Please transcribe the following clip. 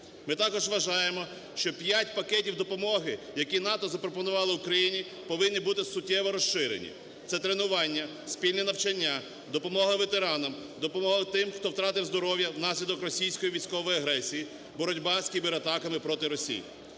Ми також вважаємо, що п'ять пакетів допомоги, які НАТО запропонувало Україні, повинні бути суттєво розширені, це тренування, спільне навчання, допомога ветеранам, допомога тим, хто втратив здоров'я внаслідок російської військової агресії, боротьба з кібератаками проти Росії.